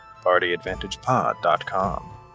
partyadvantagepod.com